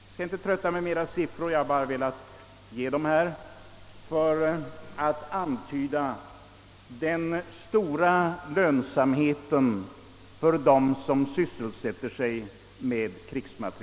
Jag skall inte trötta med flera siffror; jag har bara velat antyda hur lönsam krigsmaterielproduktion är.